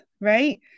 right